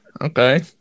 Okay